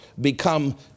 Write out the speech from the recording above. become